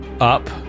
up